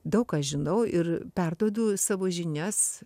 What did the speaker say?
daug ką žinau ir perduodu savo žinias